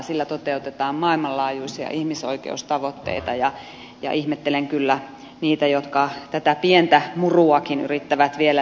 sillä toteutetaan maailmanlaajuisia ihmisoikeustavoitteita ja ihmettelen kyllä niitä jotka tätä pientä muruakin yrittävät vielä leikata